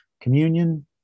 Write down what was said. Communion